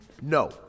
No